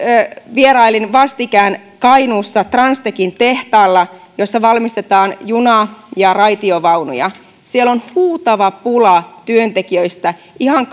vierailin vastikään kainuussa transtechin tehtaalla jossa valmistetaan juna ja raitiovaunuja siellä on huutava pula työntekijöistä ihan